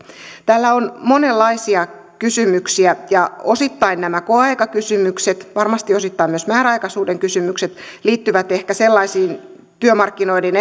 täällä on monenlaisia kysymyksiä ja osittain nämä koeaikakysymykset varmasti osittain myös määräaikaisuuden kysymykset liittyvät ehkä sellaisiin työmarkkinoiden